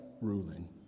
ruling